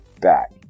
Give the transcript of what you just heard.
back